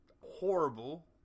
horrible